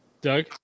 Doug